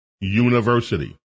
University